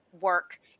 work